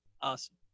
awesome